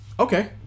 Okay